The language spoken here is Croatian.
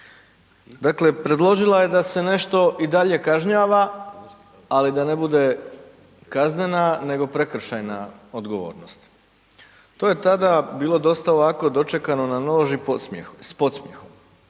Dakle, predložila je da se nešto i dalje kažnjava ali da ne bude kaznena nego prekršajna odgovornost. To je tada bilo dosta ovako dočekano na nož i s podsmjehom.